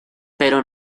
pero